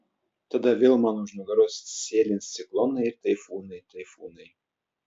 tada vėl man už nugaros sėlins ciklonai ir taifūnai taifūnai